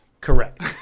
Correct